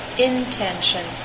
intention